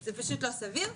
זה לא סביר.